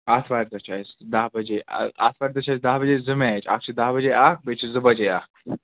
اَتھ وارِ دۄہ چھُ اَسہِ دَہ بَجے اَتھ وارِ دۄہ چھِ اَسہِ دَہ بَجے زٕ میچ اَکھ چھُ دَہ بَجے اَکھ بیٚیہِ چھُ زٕ بَجے اَکھ